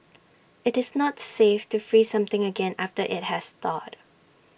IT is not safe to freeze something again after IT has thawed